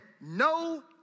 no